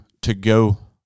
to-go